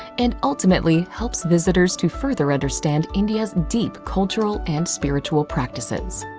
and ultimately, helps visitors to further understand india's deep cultural and spiritual practices.